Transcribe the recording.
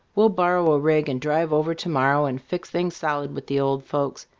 we'll borrow a rig and drive over to-morrow and fix things solid with the old folks.